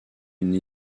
une